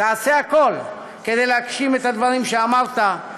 תעשה הכול כדי להגשים את הדברים שאמרת,